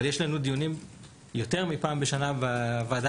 אבל יש לנו דיונים יותר מפעם בשנה בוועדה